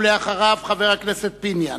ולאחריו, חבר הכנסת פיניאן.